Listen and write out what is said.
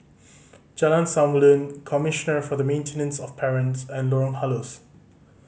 Jalan Samulun Commissioner for the Maintenance of Parents and Lorong Halus